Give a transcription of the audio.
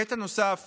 קטע נוסף